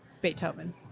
Beethoven